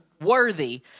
Worthy